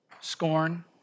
scorn